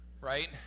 right